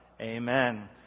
Amen